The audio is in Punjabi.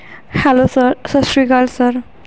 ਹੈਲੋ ਸਰ ਸਤਿ ਸ਼੍ਰੀ ਅਕਾਲ ਸਰ